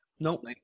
Nope